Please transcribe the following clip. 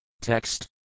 Text